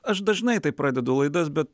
aš dažnai taip pradedu laidas bet